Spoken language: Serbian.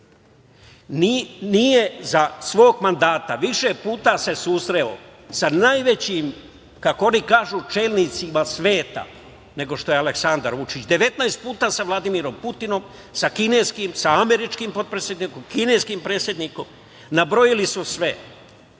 se za svog mandata više puta susreo sa najvećim, kako oni kažu, čelnicima sveta nego što je Aleksandar Vučić. Devetnaest puta sa Vladimirom Putinom, sa kineskim, sa američkim potpredsednikom, sa kineskim predsednikom. Nabrojili su